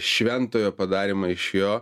šventojo padarymą iš jo